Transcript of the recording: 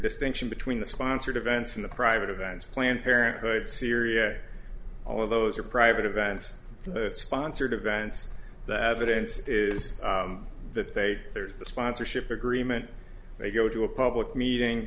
distinction between the sponsored events in the private events planned parenthood syria all of those are private events sponsored events that evidence is that they there's the sponsorship agreement they go to a public meeting